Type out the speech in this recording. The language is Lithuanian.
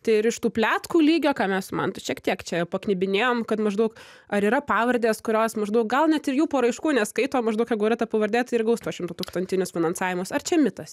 tai ir iš tų pletkų lygio ką mes su mantu šiek tiek čia paknibinėjom kad maždaug ar yra pavardės kurios maždaug gal net ir jų paraiškų neskaito maždaug jeigu yra ta pavardė tai ir gaus tuos šimtatūkstantinius finansavimus ar čia mitas